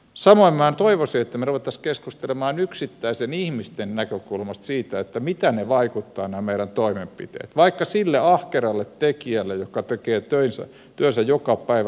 samoin minä toivoisin että me rupeaisimme keskustelemaan yksittäisten ihmisten näkökulmasta siitä miten nämä meidän toimenpiteet vaikuttavat vaikka siihen ahkeraan tekijään joka tekee työnsä joka päivä rakentaa suomea